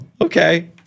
Okay